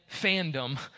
fandom